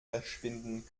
verschwinden